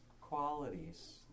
qualities